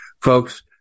Folks